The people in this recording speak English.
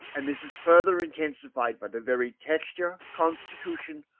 and this is further intensified by the varied texture, constitution,